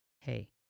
Hey